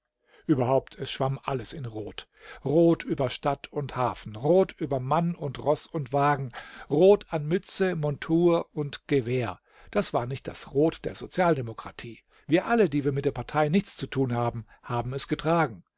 überhaupt es schwamm alles in rot rot über stadt und hafen rot über mann und roß und wagen rot an mütze montur und gewehr das war nicht das rot der sozialdemokratie wir alle die wir mit der partei nichts zu tun haben haben es getragen